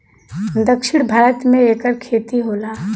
दक्षिण भारत मे एकर खेती होला